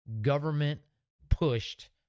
government-pushed